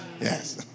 Yes